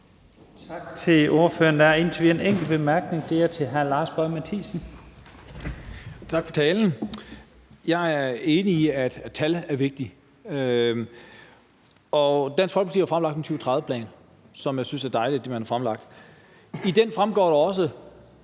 og den er til hr. Lars Boje Mathiesen. Kl. 13:18 Lars Boje Mathiesen (UFG): Tak for talen. Jeg er enig i, at tal er vigtige. Dansk Folkeparti har fremlagt en 2030-plan, som jeg synes er dejligt at man har fremlagt. I den fremgår det også,